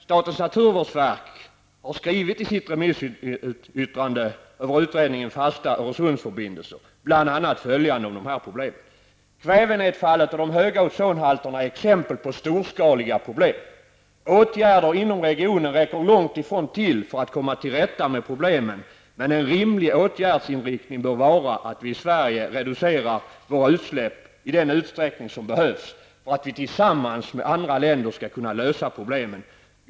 Statens naturvårdsverk har i sitt remissyttrande över utredningen Fasta Öresundsförbindelser skrivit bl.a. följande om dessa problem: ''Kvävenedfallet och de höga ozonhalterna är exempel på storskaliga problem. Åtgärder inom regionen räcker långt ifrån till för att komma till rätta med problemen men en rimlig åtgärdsinriktning bör vara att vi i Sverige reducerar våra utsläpp i den utsträckning som behövs för att vi tillsammans med andra länder skall kunna lösa problemen.